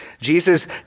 Jesus